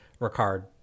Ricard